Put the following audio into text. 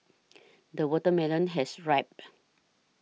the watermelon has ripened